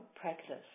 practice